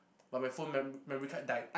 but my phone mem~ memory card died